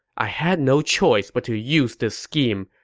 i had no choice but to use this scheme,